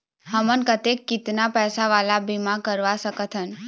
हमन कतेक कितना पैसा वाला बीमा करवा सकथन?